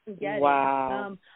Wow